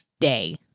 day